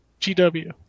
GW